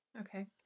Okay